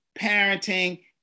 parenting